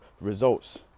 results